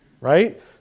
Right